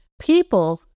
People